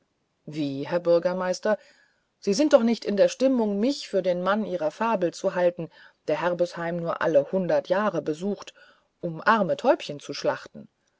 wie herr bürgermeister sie sind doch nicht in der stimmung mich für den mann ihrer fabel zu halten der herbesheim nur alle hundert jahre besucht um arme täubchen zu schlachten